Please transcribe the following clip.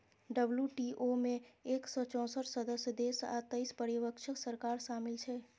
WTO मे एक सय चौंसठ सदस्य देश आ तेइस पर्यवेक्षक सरकार शामिल छै